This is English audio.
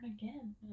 again